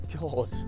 god